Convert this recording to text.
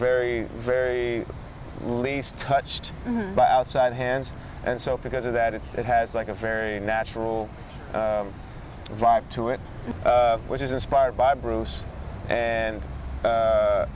very very least touched by outside hands and so because of that it's it has like a very natural vibe to it which is inspired by bruce